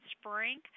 spring